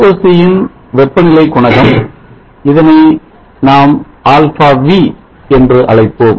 VOC ன் வெப்பநிலை குணகம் நாம் இதனை αv ஆல்பா வி என்று அழைப்போம்